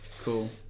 Cool